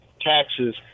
taxes